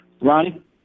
Ronnie